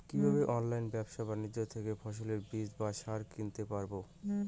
কীভাবে অনলাইন ব্যাবসা বাণিজ্য থেকে ফসলের বীজ বা সার কিনতে পারবো?